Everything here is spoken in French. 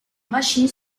machine